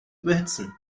überhitzen